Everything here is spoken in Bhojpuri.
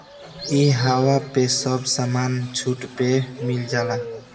इहवा पे सब समान छुट पे मिल जाला